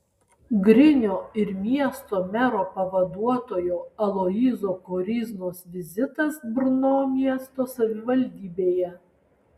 grinio ir miesto mero pavaduotojo aloyzo koryznos vizitas brno miesto savivaldybėje